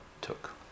took